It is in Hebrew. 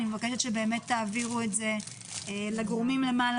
אני מבקשת שבאמת תעבירו את זה לגורמים למעלה,